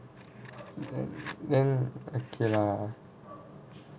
then then okay lah